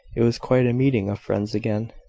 it was quite a meeting of friends again.